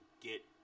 get